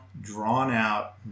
drawn-out